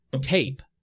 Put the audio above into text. tape